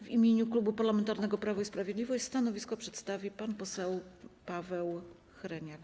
W imieniu Klubu Parlamentarnego Prawo i Sprawiedliwość stanowisko przedstawi pan poseł Paweł Hreniak.